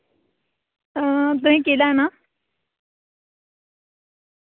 तुसें केह् लैना